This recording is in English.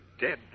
dead